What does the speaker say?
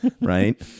Right